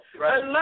right